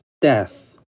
death